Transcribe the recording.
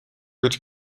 гэж